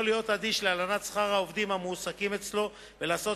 להיות אדיש להלנת שכר העובדים המועסקים אצלו ולעשות